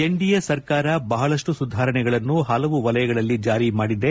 NDA ಸರ್ಕಾರ ಬಹಳಷ್ಟು ಸುಧಾರಣೆಗಳನ್ನು ಹಲವು ವಲಯಗಳಲ್ಲಿ ಜಾರಿ ಮಾಡಿದೆ